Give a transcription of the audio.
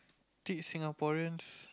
did Singaporeans